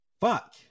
fuck